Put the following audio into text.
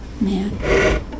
man